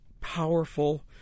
powerful